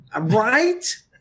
Right